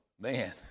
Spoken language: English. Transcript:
man